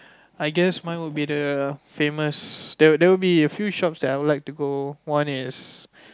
I guess mine would be the famous there there would be a few shops that I would like to go one is